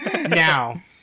Now